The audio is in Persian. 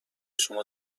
شما